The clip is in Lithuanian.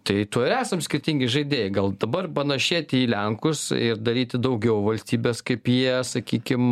tai tuo ir esam skirtingi žaidėjai gal dabar panašėti į lenkus ir daryti daugiau valstybės kaip jie sakykim